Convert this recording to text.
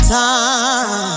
time